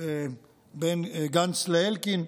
בין גנץ לאלקין,